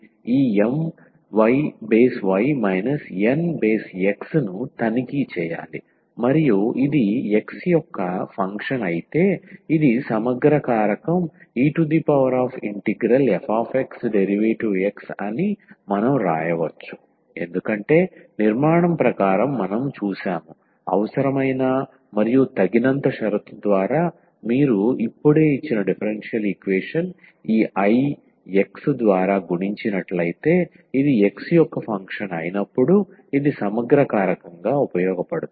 ఈ My Nx ను తనిఖీ చేయాలి మరియు ఇది x యొక్క ఫంక్షన్ అయితే ఇది సమగ్ర కారకం efxdx అని మనం వ్రాయవచ్చు ఎందుకంటే నిర్మాణం ప్రకారం మనం చూశాము అవసరమైన మరియు తగినంత షరతు ద్వారా మీరు ఇప్పుడే ఇచ్చిన డిఫరెన్షియల్ ఈక్వేషన్ ఈ I x ద్వారా గుణించినట్లయితే ఇది x యొక్క ఫంక్షన్ అయినప్పుడు ఇది సమగ్ర కారకంగా ఉపయోగపడుతుంది